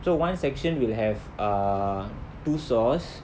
so one section will have ah two saw